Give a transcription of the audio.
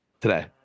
today